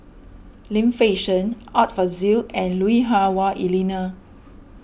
Lim Fei Shen Art Fazil and Lui Hah Wah Elena